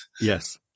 Yes